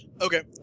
Okay